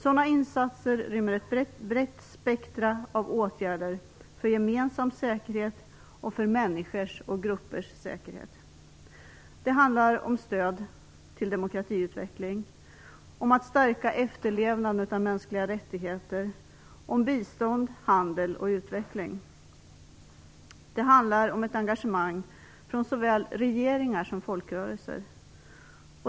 Sådana insatser rymmer ett brett spektrum av åtgärder för gemensam säkerhet och för människors och gruppers säkerhet. Det handlar om stöd till demokratiutveckling, om att stärka efterlevnadet av mänskliga rättigheter, om bistånd, om handel och utveckling. Det handlar om ett engagemang från såväl regeringar som folkrörelser.